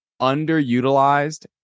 underutilized